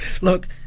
Look